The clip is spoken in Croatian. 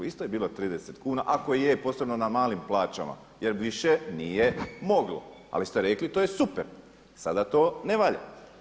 Isto je bilo 30 kuna ako i je posebno na malim plaćama jer više nije moglo, ali ste rekli to je super, sada to ne valja.